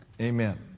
Amen